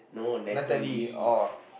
Natalie orh